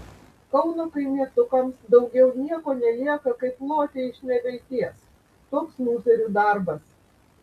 kauno kaimietukams daugiau nieko nelieka kaip loti iš nevilties toks lūzerių darbas